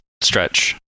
stretch